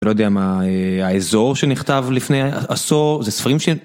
אני לא יודע מה האזור שנכתב לפני עשור, זה ספרים ש...